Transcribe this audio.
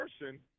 person